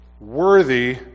worthy